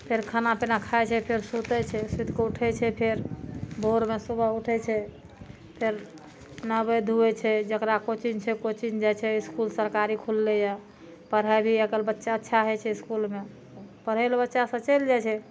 फेर खाना पीना खाइ छै फेर सुतै छै सुति कऽ उठै छै फेर भोरमे सुबह उठै छै फेर नहबै धुअइ छै जेकरा कोचिंग छै कोचिंग जाइ छै इसकुल सरकारी खुललैया पढ़ाइ भी आइकाल्हि बहुत अच्छा होइ छै इसकुलमे पढ़ै लए बच्चा सब चलि जाइ छै